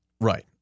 Right